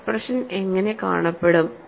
expression എങ്ങനെ കാണപ്പെടും